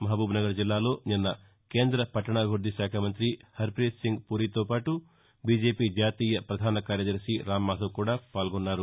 మహబూబ్నగర్ జిల్లాలో నిన్న కేంద పట్టణాభివృద్ది శాఖ మంతి హరిపీత్సింగ్ పూరి తోపాటు బీజేపీ జాతీయ పధాన కార్యదర్శి రామ్ మాధవ్ కూడా పాల్గొన్నారు